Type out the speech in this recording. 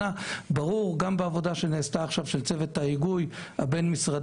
ברור, גם בעבודה שנעשתה על ידי צוות היגוי בנושא,